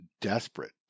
desperate